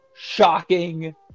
shocking